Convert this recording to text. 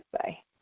say